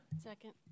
Second